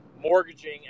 mortgaging